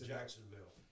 Jacksonville